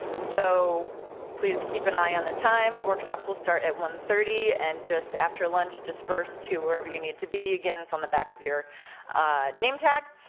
so please keep an eye on the time. workshops will start at one thirty, and just, after lunch, disperse to wherever you need to be. again, it's on the back of your name tag.